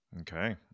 Okay